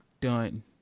done